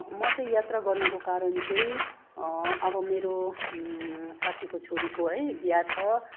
म चाहिँ यात्रा गर्नुको कारण चाहिँ अब मेरो साथीको छोरीको है बिहा छ